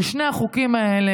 ושני החוקים האלה,